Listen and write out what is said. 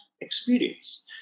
experience